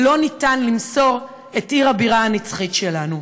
אי-אפשר למסור את עיר הבירה הנצחית שלנו.